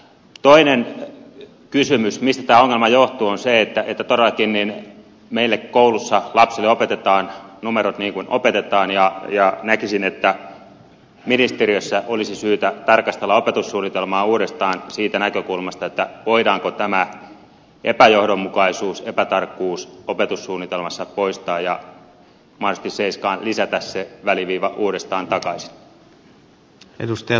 toinen asia josta tämä ongelma johtuu on se että todellakin meillä koulussa lapsille opetetaan numerot niin kuin opetetaan ja näkisin että ministeriössä olisi syytä tarkastella opetussuunnitelmaa uudestaan siitä näkökulmasta voidaanko tämä epäjohdonmukaisuus epätarkkuus opetussuunnitelmassa poistaa ja mahdollisesti seiskaan lisätä se väliviiva uudestaan takaisin